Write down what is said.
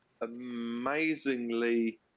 amazingly